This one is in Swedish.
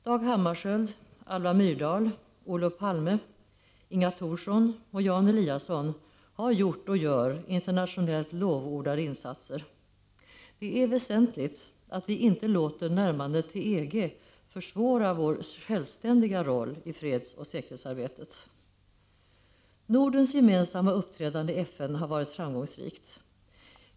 Dag Hammarskjöld, Alva Myrdal, Olof Palme, Inga Thorsson och Jan Eliasson har gjort och gör internationellt lovordade insatser. Det är väsentligt att vi inte låter närmandet till EG försvåra vår självständiga roll i fredsoch säkerhetsarbetet. Nordens gemensamma uppträdande i FN har varit framgångsrikt.